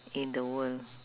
in the world